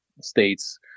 states